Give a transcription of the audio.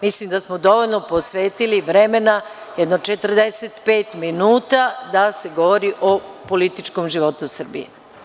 Mislim da smo dovoljno posvetili vremena, jedno 45 minuta, da se govori o političkom životu Srbije.